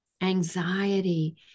anxiety